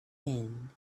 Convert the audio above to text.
wind